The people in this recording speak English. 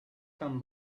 come